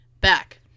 back